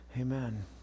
Amen